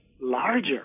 larger